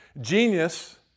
Genius